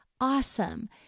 awesome